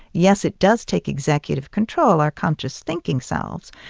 yes, it does take executive control our conscious thinking selves,